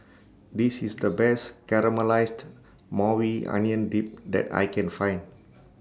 This IS The Best Caramelized Maui Onion Dip that I Can Find